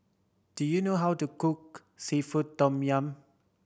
do you know how to cook seafood tom yum